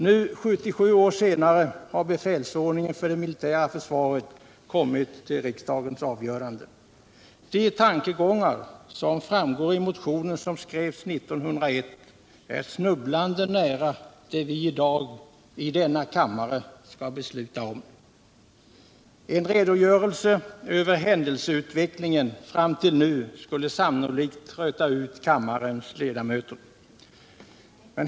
Nu 77 år senare har befälsordningen för det militära försvaret kommit till riksdagens avgörande. Tankegångarna i motionen som skrevs 1901 är snubblande nära det vi i dag i denna kammare skall besluta om. En redogörelse över händelseutvecklingen fram till nu skulle sannolikt trötta ut kammarens ledamöter.